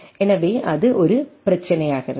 எனவே அது ஒரு பிரச்சனையாகிறது